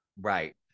right